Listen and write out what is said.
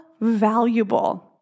valuable